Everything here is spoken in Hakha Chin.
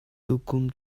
tukum